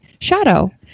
shadow